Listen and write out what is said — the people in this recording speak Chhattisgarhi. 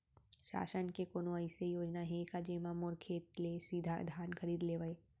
शासन के कोनो अइसे योजना हे का, जेमा मोर खेत ले सीधा धान खरीद लेवय?